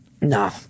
No